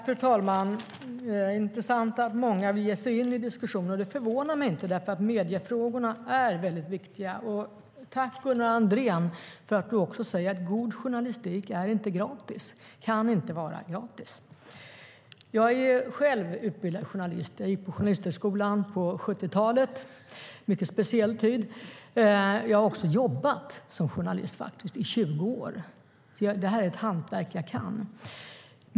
Fru talman! Det är intressant att många vill ge sig in i diskussionen, och det förvånar mig inte eftersom mediefrågor är viktiga. Tack, Gunnar Andrén, för att du sade att god journalistik inte är och inte kan vara gratis! Jag är själv utbildad journalist. Jag gick på Journalisthögskolan på 70-talet, och det var en speciell tid. Jag jobbade också som journalist i 20 år, så det är ett hantverk jag kan.